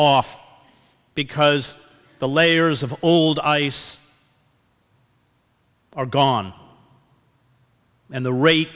off because the layers of old ice are gone and the rate